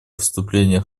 вступление